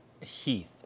Heath